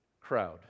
crowd